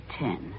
ten